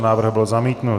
Návrh byl zamítnut.